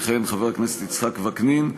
יכהן חבר הכנסת יצחק וקנין,